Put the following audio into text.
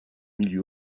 milieu